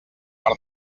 per